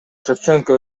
шевченко